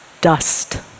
Dust